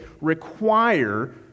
require